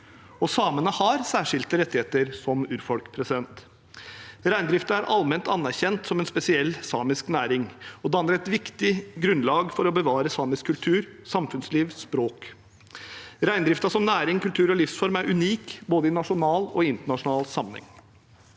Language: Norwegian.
Samene har særskilte rettigheter som urfolk. Reindrift er allment anerkjent som en spesiell samisk næring og danner et viktig grunnlag for å bevare samisk kultur, samfunnsliv og språk. Reindriften som næring, kultur og livsform er unik, både i nasjonal og i internasjonal sammenheng,